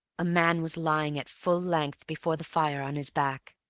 a man was lying at full length before the fire on his back,